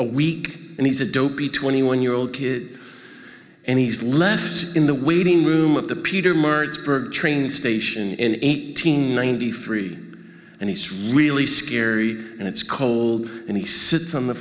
a week and he's a dopey twenty one year old kid and he's left in the waiting room at the peter martz train station in eighteen ninety three and he's really scary and it's cold and he sits on the